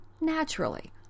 naturally